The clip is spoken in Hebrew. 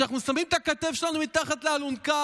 שאנחנו שמים את הכתף שלנו מתחת לאלונקה,